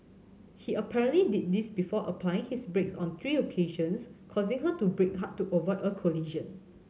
he apparently did this before applying his brakes on three occasions causing her to brake hard to avoid a collision